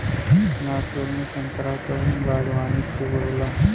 नागपुर में संतरा क बागवानी खूब होला